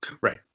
Right